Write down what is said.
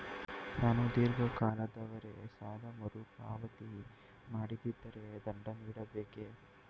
ನಾನು ಧೀರ್ಘ ಕಾಲದವರೆ ಸಾಲ ಮರುಪಾವತಿ ಮಾಡದಿದ್ದರೆ ದಂಡ ನೀಡಬೇಕೇ?